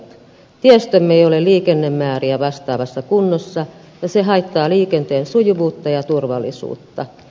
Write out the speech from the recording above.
tiestömme ei ole liikennemääriä vastaavassa kunnossa ja se haittaa liikenteen sujuvuutta ja turvallisuutta